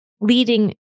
leading